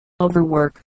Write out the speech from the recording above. overwork